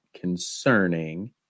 concerning